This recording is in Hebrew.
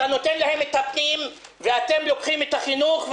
אתה נותן להם את ועדת הפנים ואתם לוקחים את ועדת החינוך,